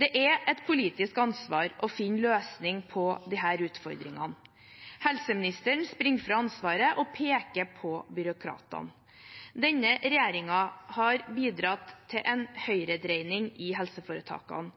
Det er et politisk ansvar å finne en løsning på disse utfordringene. Helseministeren springer fra ansvaret og peker på byråkratene. Denne regjeringen har bidratt til en høyredreining i helseforetakene.